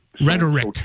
Rhetoric